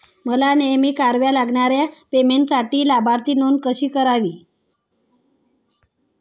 मला नेहमी कराव्या लागणाऱ्या पेमेंटसाठी लाभार्थी नोंद कशी करावी?